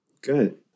Good